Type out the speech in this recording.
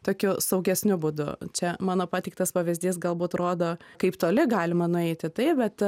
tokiu saugesniu būdu čia mano pateiktas pavyzdys galbūt rodo kaip toli galima nueiti taip bet